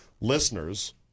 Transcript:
listeners